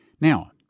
Now